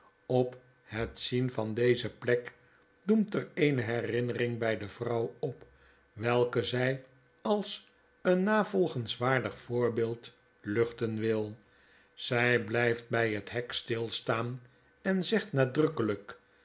op het zien van die plek doemt er eene herinnering by de vrouw op welke zy als een navolgenswaardig voorbeeld luchten wil zij blijft bij het hek stilstaan en zegt nadrukkelijk